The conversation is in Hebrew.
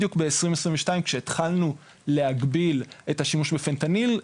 בדיוק ב-2022 כשהתחלנו להגביל את השימוש בפנטניל,